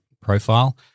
profile